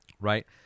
right